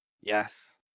yes